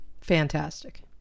Fantastic